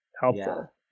helpful